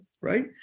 right